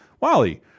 Wally